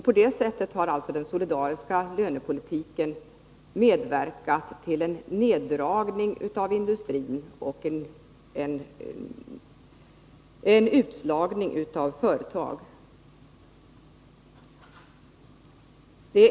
På det sättet har den solidariska lönepolitiken medverkat till en neddragning inom industrin och en utslagning av företag och därmed ökad arbetslöshet.